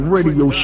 Radio